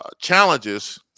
challenges